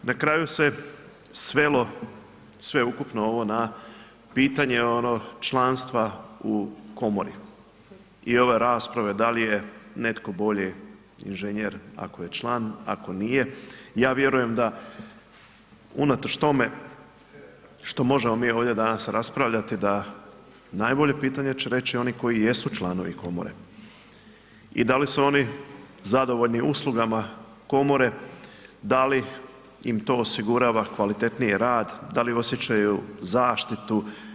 Na kraju se svelo sveukupno na pitanje ono članstva u komori i ove rasprave da li je netko bolji inženjer ako je član, ako nije i ja vjerujem da unatoč tome što možemo mi ovdje danas raspravljati da najbolje pitanje će reći oni koji jesu članovi komore i da li su oni zadovoljni uslugama komore, da li im to osigurava kvalitetnije rad, da li osjećaju zaštitu.